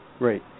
Right